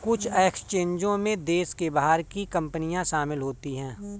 कुछ एक्सचेंजों में देश के बाहर की कंपनियां शामिल होती हैं